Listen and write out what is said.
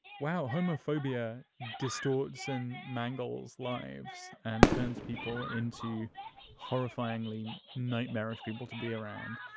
wow, homophobia distorts and mangles lives and turns people into horrifyingly nightmarish people to be around.